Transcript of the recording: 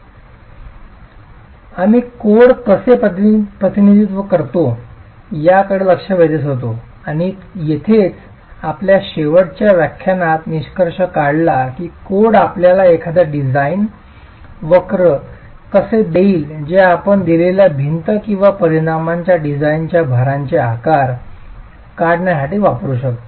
तर आम्ही कोड कसे प्रतिनिधित्व करतो याकडे लक्ष वेधत होतो आणि येथेच आपल्या शेवटच्या व्याख्यानात निष्कर्ष काढला की कोड आपल्याला एखाद्या डिझाइन वक्र कसे देईल जे आपण दिलेल्या भिंत किंवा परिमाणांच्या डिझाइनच्या भारांचे आकार काढण्यासाठी वापरू शकता